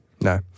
No